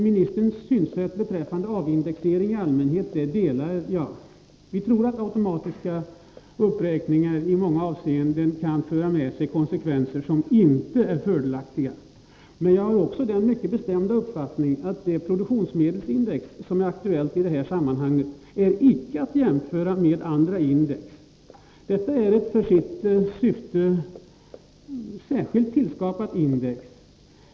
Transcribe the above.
Ministerns synsätt beträffande avindexering i allmänhet delar jag. Vi tror att automatiska uppräkningar i många avseenden kan få konsekvenser som inte är fördelaktiga. Men jag har också den mycket bestämda uppfattningen att det produktionsmedelsindex som i det här sammanhanget är aktuellt icke är att jämföra med andra index. Detta är ett för sitt syfte särskilt tillkommet index.